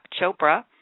Chopra